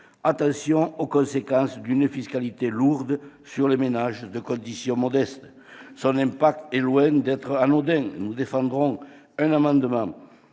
attention aux conséquences d'une fiscalité lourde sur les ménages de condition modeste. Son impact est loin d'être anodin. Nous défendrons un amendement